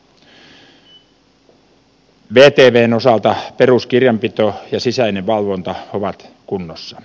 vtvn osalta peruskirjanpito ja sisäinen valvonta ovat kunnossa